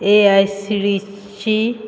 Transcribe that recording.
A I C T ची